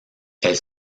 elle